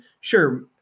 sure